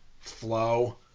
flow